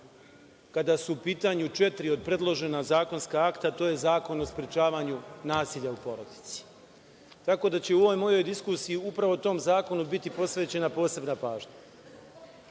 kada su u pitanju četiri predložena zakonska akta, to je Zakon o sprečavanju nasilja u porodici. Tako da će u ovoj mojoj diskusiji upravo tom zakonu biti posvećena posebna